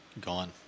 gone